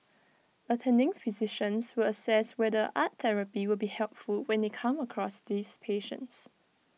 attending physicians will assess whether art therapy will be helpful when they come across these patients